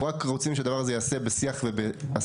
אנחנו רק רוצים שהדבר הזה ייעשה בשיח ובהסכמה.